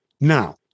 Now